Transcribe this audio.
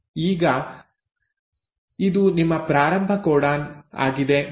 ಈಗ ಇದು ನಿಮ್ಮ ಪ್ರಾರಂಭ ಕೋಡಾನ್ ಆಗಿದೆ